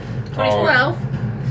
2012